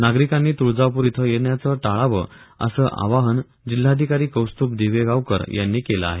नागरिकांनी तुळजापूर इथं येण्याचं टाळावं असं आवाहन जिल्हाधिकारी कौस्तुभ दिवेगावकर यांनी केलं आहे